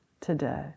today